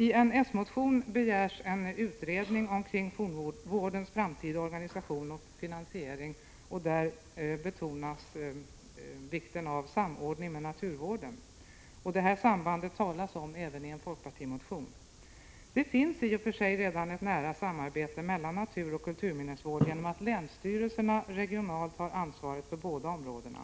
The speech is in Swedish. I en s-motion begärs en utredning om fornvårdens framtida organisation och finansiering, varvid vikten av samordning med naturvården betonas. Detta samband talas det om även i en fp-motion. Det finns i och för sig redan ett nära samarbete mellan naturoch kulturminnesvården genom att länsstyrelserna regionalt har ansvaret för båda områdena.